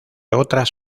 otras